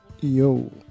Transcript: Yo